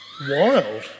wild